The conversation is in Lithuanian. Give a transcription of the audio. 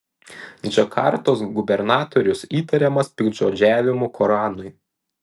džakartos gubernatorius įtariamas piktžodžiavimu koranui